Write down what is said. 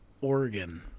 Oregon